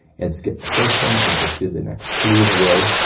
and skip the first one, and just do the next three in a row,